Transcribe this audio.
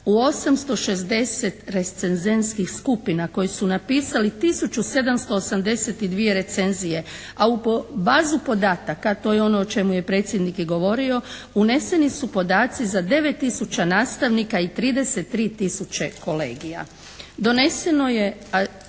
u 860 rescezentskih skupina koji su napisali 1782 recenzije a u bazu podataka, to je ono o čemu je predsjednik i govorio uneseni su podaci za 9 tisuća nastavnika i 33 tisuće kolegija. Doneseno je,